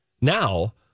now